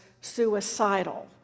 suicidal